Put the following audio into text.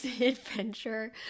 adventure